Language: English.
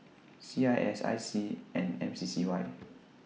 C I S I C and M C C Y